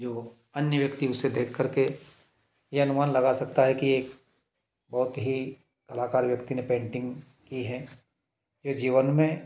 जो अन्य व्यक्ति उसे देख करके ये अनुमान लगा सकता है कि बहुत ही कलाकार व्यक्ति ने पेंटिंग कि है ये जीवन में